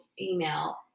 email